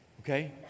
Okay